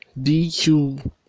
DQ